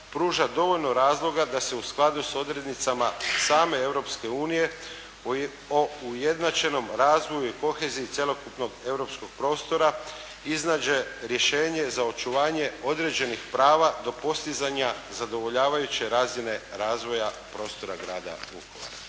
pruža dovoljno razloga da se u skladu s odrednicama same Europske unije o ujednačenom razvoju i koheziji cjelokupnog europskog prostora iznađe rješenje za očuvanje određenih prava do postizanja zadovoljavajuće razine razvoja prostora grada Vukovara.